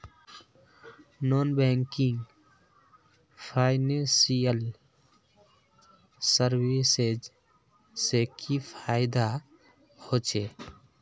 Non banking financial services से की फायदा होचे?